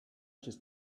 just